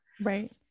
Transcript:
Right